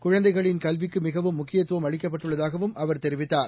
குழந்தைகளின் கல்விக்கு மிகவும் முக்கியத்துவம் அளிக்கப்பட்டுள்ளதாகவும் அவர் தெரிவித்தார்